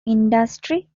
industry